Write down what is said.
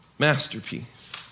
Masterpiece